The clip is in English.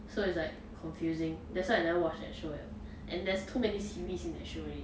so it's like confusing that's why I never watch that show liao and there's too many series in that show already